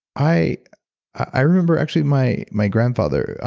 i i remember actually my my grandfather,